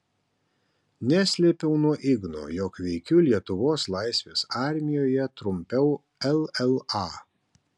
neslėpiau nuo igno jog veikiu lietuvos laisvės armijoje trumpiau lla